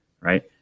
Right